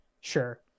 sure